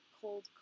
cold